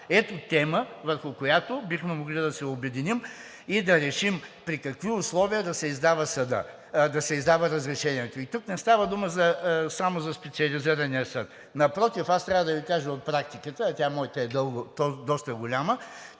Ето тема, върху която бихме могли да се обединим и да решим при какви условия да се издава разрешението. И тук не става дума само за Специализирания съд. Напротив, аз трябва да Ви кажа от практиката, а моята е доста голяма,